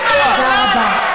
תודה רבה.